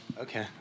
Okay